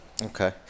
Okay